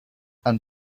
and